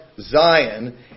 Zion